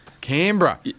Canberra